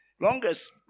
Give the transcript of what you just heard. Longest